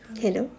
hello